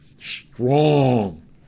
Strong